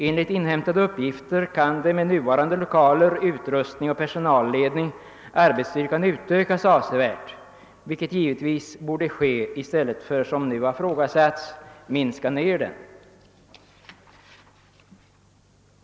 Enligt inhämtade uppgifter kan, med nuvarande lokaler, utrustning och personalledning, arbetsstyrkan utökas avsevärt, vilket givetvis borde ske i stället för att man — som nu har ifrågasatts — minskar ned den.